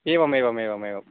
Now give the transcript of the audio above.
एवम् एवम् एवम् एवं